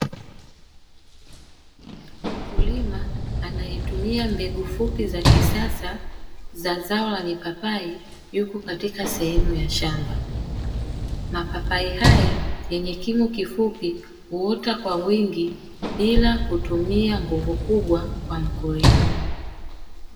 Mkulima anayetumia mbegu fupi za kisasa za zao la mipapai, yuko katika sehemu ya shamba. Mapapai hayo yenye kimo kifupi huota kwa wingi bila kutumia nguvu kubwa kwa mkulima.